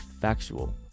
factual